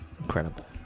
incredible